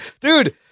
dude